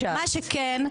שכן,